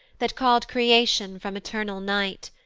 that call d creation from eternal night.